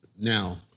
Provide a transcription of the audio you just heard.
Now